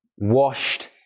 washed